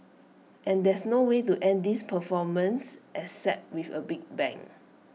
and there's no way to end this performance except with A big bang